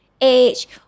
age